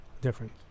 different